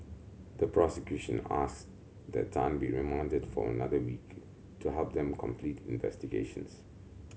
the prosecution asked that Tan be remanded for another week to help them complete investigations